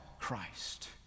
Christ